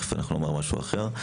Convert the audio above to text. תכף אנחנו נאמר משהו אחר,